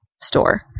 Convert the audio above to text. store